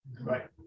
right